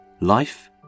life